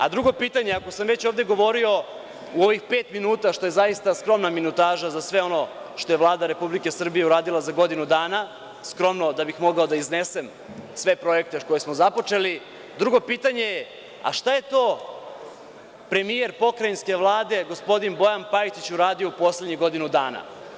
Drugo pitanje, ako sam već ovde govorio u ovih pet minuta, što je zaista skromna minutaža za sve ono što je Vlada Republike Srbije uradila za godinu dana, skromno da bih mogao da iznesem sve projekte koje smo započeli, pitanje je – šta je to premijer Pokrajinske vlade gospodin Bojin Pajtić uradio u poslednjih godinu dana?